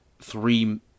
three